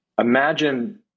Imagine